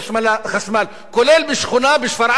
כולל בשכונה בשפרעם שרוב תושביה דרוזים,